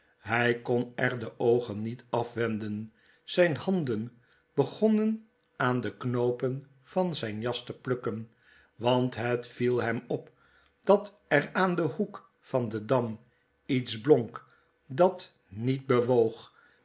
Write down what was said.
hy kon er de oogen niet afwenden zijne handen begonnen aan de knoopen van zijn jas te plukken want het vielhemop dat er aan den hoek van den dam iets monk dat niet bewoog